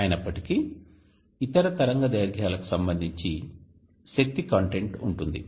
అయినప్పటికీ ఇతర తరంగదైర్ఘ్యాలకు సంబంధించి శక్తి కంటెంట్ ఉంటుంది